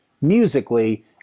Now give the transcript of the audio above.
musically